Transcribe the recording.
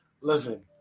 Listen